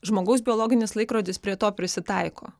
žmogaus biologinis laikrodis prie to prisitaiko